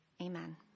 Amen